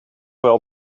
wel